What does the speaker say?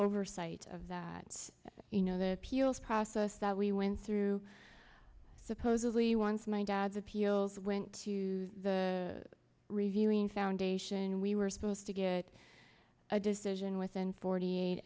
oversight of that it's you know that appeals process that we went through supposedly once my dad's appeals went to the reviewing foundation and we were supposed to get a decision within forty eight